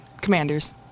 Commanders